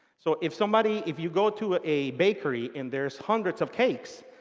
so if somebody if you go to ah a bakery and there's hundreds of cakes,